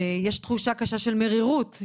ויש תחושה קשה של מרירות.